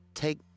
Take